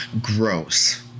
gross